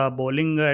bowling